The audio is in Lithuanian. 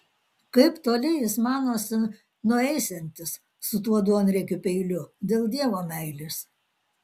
kaip toli jis manosi nueisiantis su tuo duonriekiu peiliu dėl dievo meilės